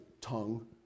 tongue